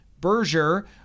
Berger